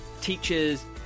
teachers